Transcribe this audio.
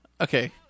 Okay